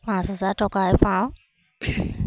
পাঁচ হাজাৰ টকাই পাওঁ